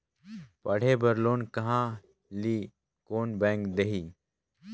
पढ़े बर लोन कहा ली? कोन बैंक देही?